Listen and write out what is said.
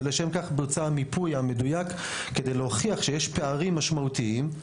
ולשם כך בוצע המיפוי המדויק כדי להוכיח שיש פערים משמעותיים.